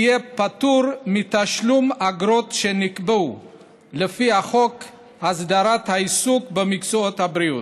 יהיה פטור מתשלום אגרות שנקבעו לפי חוק הסדרת העיסוק במקצועות הבריאות.